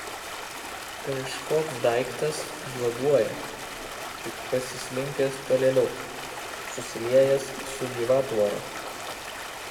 kažkoks daiktas juoduoja tik pasislinkęs tolėliau susiliejęs su gyvatvore